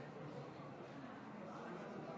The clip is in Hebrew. אלה תוצאות